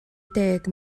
deg